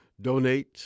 donate